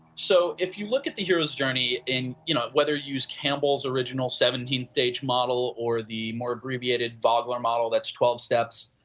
so, if you look at the hero's journey you know whether used campbell's original seventeenth stage model or the more abbreviated vogler model that's twelve steps,